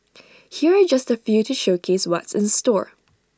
here are just A few to showcase what's in store